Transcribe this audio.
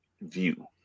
view